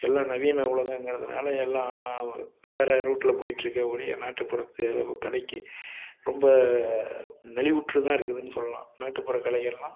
எல்லாம் நவீன உலகங்கிறதுனால எல்லாம் வேற ரூட்டில் போயிட்டுருக்கே ஒழிய நாட்டுப்புற தேவை கலைக்கு ரொம்ப நெளிவுற்று தான் இருக்குதுன்னு சொல்லலாம் நாட்டுப்புற கலைஞர்களாம்